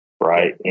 right